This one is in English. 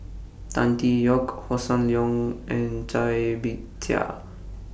Tan Tee Yoke Hossan Leong and Cai Bixia